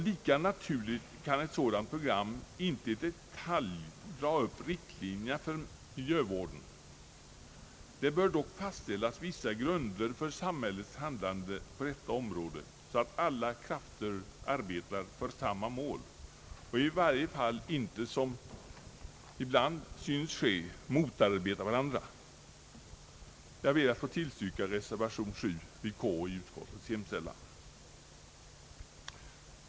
Lika naturligt är att ett sådant program inte i detalj kan dra upp riktlinjerna för miljövården, men det bör fastställas vissa grunder för samhällets handlande på detta område, så att alla krafter arbetar mot samma mål och i varje fall inte, vilket ibland synes ske, motarbetar varandra. Jag ber att få yrka bifall till reservation VI vid K i utskottets hemställan.